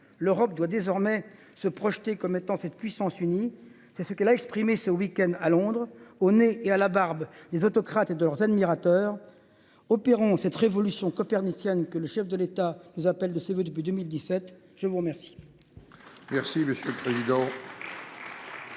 L’Europe doit désormais se projeter comme étant cette puissance unie. C’est ce qu’elle a exprimé le week end dernier à Londres, au nez et à la barbe des autocrates et de leurs admirateurs. Opérons cette révolution copernicienne que le chef de l’État appelle de ses vœux depuis 2017. La parole